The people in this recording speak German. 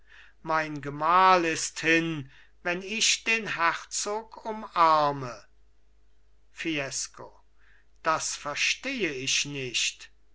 mein gemahl ist hin wenn ich den herzog umarme fiesco das verstehe ich nicht